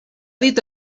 dit